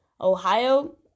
Ohio